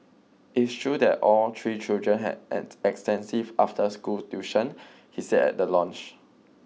it's true that all three children had had extensive after school tuition he said at the launch